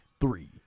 three